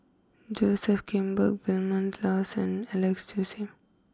Joseph Grimberg Vilma Laus and Alex Josey